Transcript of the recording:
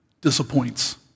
disappoints